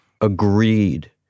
agreed